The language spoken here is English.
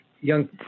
young